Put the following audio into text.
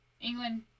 England